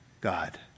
God